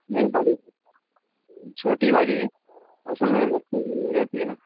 نہیں بڑی چھوٹی والی ہے اصل میں بچوں کے لیے رہتی ہے نا